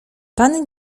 pan